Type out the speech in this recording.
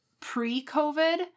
pre-COVID